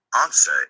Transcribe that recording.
Answer